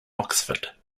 oxford